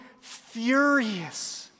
furious